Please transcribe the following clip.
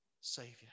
Savior